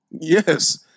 Yes